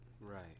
Right